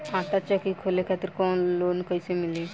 आटा चक्की खोले खातिर लोन कैसे मिली?